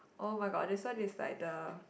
oh-my-god this one is like the